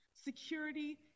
security